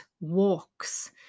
walks